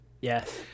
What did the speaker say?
yes